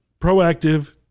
proactive